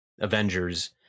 Avengers